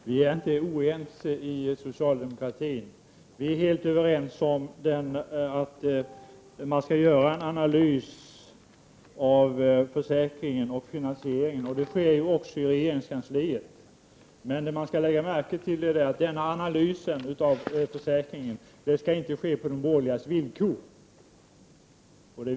Fru talman! Vi är inte oense inom socialdemokratin. Vi är helt överens om att man skall göra en analys av finansieringen av försäkringen, och en sådan görs ju också inom regeringskansliet. Men det är viktigt att stryka under att denna analys av försäkringen inte skall ske på de borgerligas villkor.